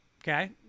Okay